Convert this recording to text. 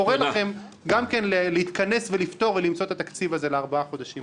אני קורא לכם להתכנס ולמצוא את התקציב הזה לארבעת החודשים.